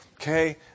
Okay